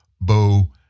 Bo